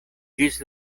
ĝis